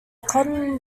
cotton